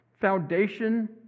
foundation